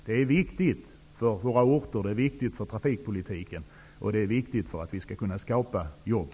Det är viktigt för våra orter, för trafikpolitiken och för att vi skall kunna skapa jobb.